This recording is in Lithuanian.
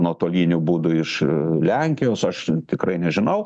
nuotoliniu būdu iš lenkijos aš tikrai nežinau